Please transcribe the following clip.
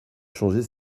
changer